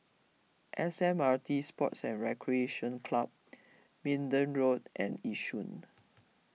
S M T Sports and Recreation Club Minden Road and Yishun